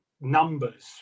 numbers